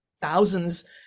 thousands